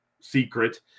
secret